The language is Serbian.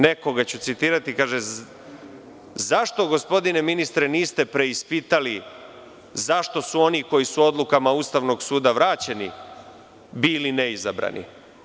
Nekoga ću citirati, kaže – zašto gospodine ministre niste preispitali zašto su oni koji su odlukama Ustavnog suda vraćeni bili neizabrani?